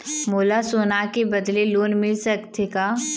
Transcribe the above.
मोला सोना के बदले लोन मिल सकथे का?